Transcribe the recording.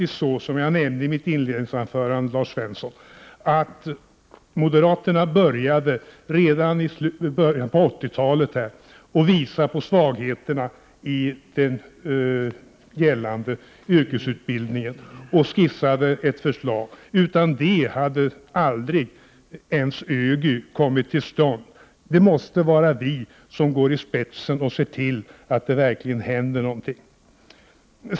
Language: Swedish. Som jag nämnde i mitt inledningsanförande visade moderaterna redan i början av 80-talet på svagheterna i den gällande yrkesutbildningen och skisserade ett förslag. Utan det hade t.ex. ÖGY aldrig kommit till stånd. Det måste vara vi som går i spetsen och ser till att det verkligen händer någonting.